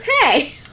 Okay